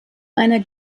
einer